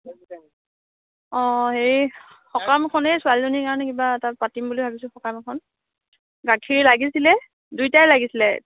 অ' এই সকামখন এই ছোৱালীজনী কাৰণে কিবা এটা পাতিম বুলি ভাবিছোঁ সকাম এখন গাখীৰ লাগিছিলে দুইটাই লাগিছিলে